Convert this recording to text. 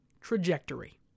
trajectory